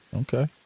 Okay